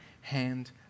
hand